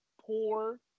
poor